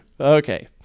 Okay